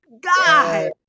God